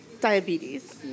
diabetes